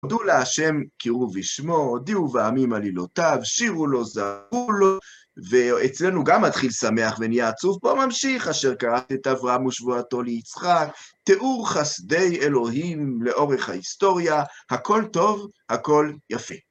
הודו להשם, קראו בשמו, הודיעו בעמים עלילותיו, שירו לו, זמרו לו, ואצלנו גם מתחיל שמח ונהיה עצוב. בוא נמשיך, אשר כרת את אברהם ושבועתו ליצחק, תיאור חסדי אלוהים לאורך ההיסטוריה, הכל טוב, הכל יפה.